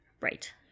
Right